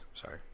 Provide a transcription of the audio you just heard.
sorry